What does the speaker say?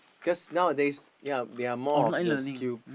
cause nowadays ya we are more of the skill